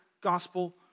gospel